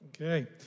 Okay